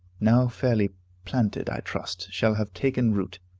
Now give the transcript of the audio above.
now fairly planted, i trust, shall have taken root.